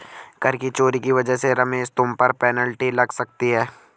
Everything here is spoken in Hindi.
कर की चोरी की वजह से रमेश तुम पर पेनल्टी लग सकती है